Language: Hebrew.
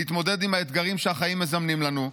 להתמודד עם האתגרים שהחיים מזמנים לנו,